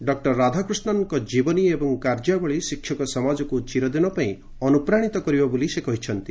doctor ରାଧାକୃଷ୍ଣନଙ୍କ ଜୀବନୀ ଏବଂ କାର୍ଯ୍ୟାବଳୀ ଶିକ୍ଷକ ସମାଜକୁ ଚିରଦିନ ପାଇଁ ଅନୁପ୍ରାଣିତ କରିବ ବୋଲି ସେ କହିଛନ୍ତି